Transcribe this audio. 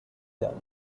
der